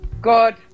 God